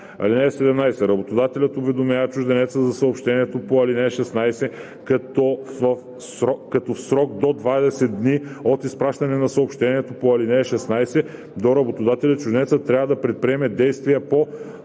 (17) Работодателят уведомява чужденеца за съобщението по ал. 16, като в срок до 20 дни от изпращане на съобщението по ал. 16 до работодателя чужденецът трябва да предприеме действия по